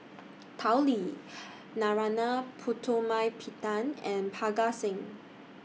Tao Li Narana Putumaippittan and Parga Singh